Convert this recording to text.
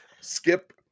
skip